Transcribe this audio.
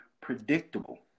predictable